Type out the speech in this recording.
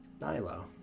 Nilo